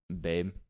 Babe